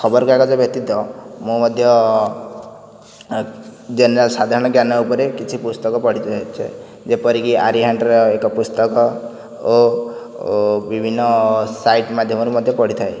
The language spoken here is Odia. ଖବର କାଗଜ ବ୍ୟତୀତ ମୁଁ ମଧ୍ୟ ଜେନେରାଲ ସାଧାରଣ ଜ୍ଞାନ ଉପରେ କିଛି ପୁସ୍ତକ ପଢ଼ିଥାଏ ଯେପରି ଆରିହାଣ୍ଟର ଏକ ପୁସ୍ତକ ଓ ବିଭିନ୍ନ ସାଇଟ୍ ମାଧ୍ୟମରେ ମଧ୍ୟ ପଢ଼ିଥାଏ